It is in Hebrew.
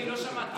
אני לא שמעתי,